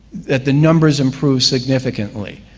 that the numbers improved significantly,